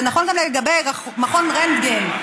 זה נכון גם לגבי מכון רנטגן,